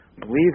believe